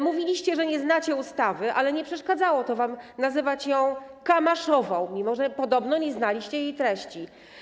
Mówiliście, że nie znacie ustawy, ale nie przeszkadzało to wam nazywać ją kamaszową, mimo że podobno nie znaliście jej treści.